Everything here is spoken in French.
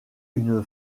une